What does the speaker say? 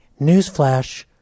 Newsflash